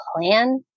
plan